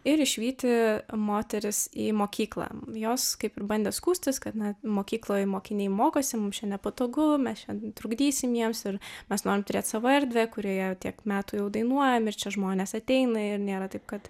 ir išvyti moteris į mokyklą jos kaip ir bandė skųstis kad na mokykloj mokiniai mokosi mums čia nepatogu mes čia trukdysim jiems ir mes norim turėt savo erdvę kurioje tiek metų jau dainuojam ir čia žmonės ateina ir nėra taip kad